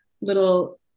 little